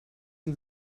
den